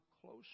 closer